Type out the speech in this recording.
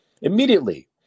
immediately